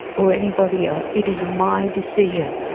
or anybody else. it is my decision.